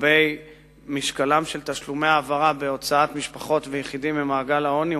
לגבי משקלם של תשלומי ההעברה בהוצאת משפחות ויחידים ממעגל העוני,